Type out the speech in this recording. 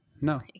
No